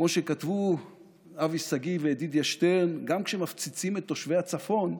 כמו שכתבו אבי שגיא וידידיה שטרן: גם כשמפציצים את תושבי הצפון,